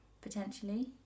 potentially